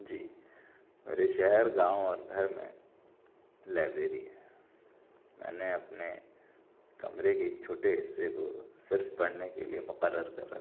جی میرے شہر گاؤں اور گھر میں لائبریری ہے میں نے اپنے کمرے کے ایک چھوٹے حصے کو صرف پڑھنے کے لیے مقرر کر رکھا ہے